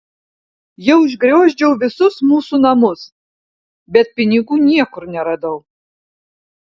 jau išgriozdžiau visus mūsų namus bet pinigų niekur neradau